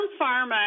Pharma